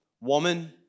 woman